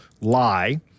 lie